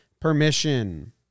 permission